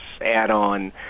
add-on